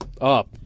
Up